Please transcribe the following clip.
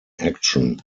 action